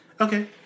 Okay